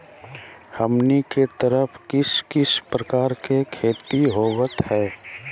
हमनी के तरफ किस किस प्रकार के खेती होवत है?